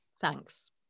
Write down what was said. Thanks